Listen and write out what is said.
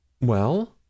Well